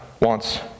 wants